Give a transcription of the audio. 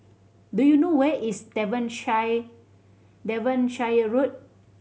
do you know where is Devonshire Road